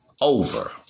over